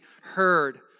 heard